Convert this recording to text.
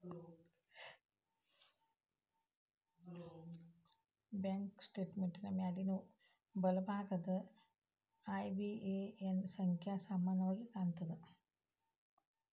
bank ಸ್ಟೇಟ್ಮೆಂಟಿನ್ ಮ್ಯಾಲಿನ್ ಬಲಭಾಗದಾಗ ಐ.ಬಿ.ಎ.ಎನ್ ಸಂಖ್ಯಾ ಸಾಮಾನ್ಯವಾಗಿ ಕಾಣ್ತದ